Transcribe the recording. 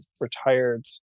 retired